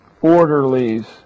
orderlies